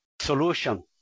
Solution